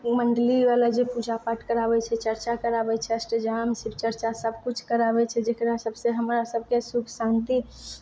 मण्डलीवाला जे पूजा पाठ कराबैत छै चर्चा कराबैत छै अष्टजाम चर्चा सबकिछु कराबैत छै जेकरा सबसँ हमरा सबके सुख शान्ति